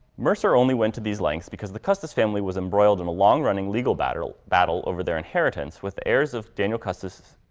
mercer only went to these lengths because the custis family was embroiled in a long running legal battle battle over their inheritance with heirs of daniel custis'.